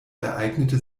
ereignete